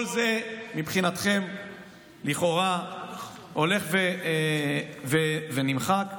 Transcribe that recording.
כל זה מבחינתכם לכאורה הולך ונמחק.